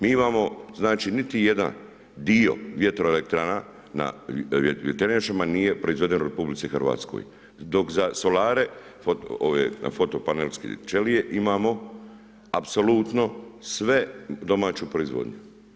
Mi imamo znači niti jedan dio vjetroelektrana na vjetrenjačama nije proizveden u RH dok za solare ove na fotopanelske čelije imamo apsolutno sve domaću proizvodnju.